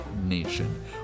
nation